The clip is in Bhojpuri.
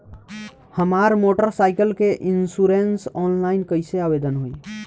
हमार मोटर साइकिल के इन्शुरन्सऑनलाइन कईसे आवेदन होई?